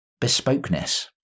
bespokeness